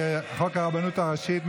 חוק הרבנות הראשית.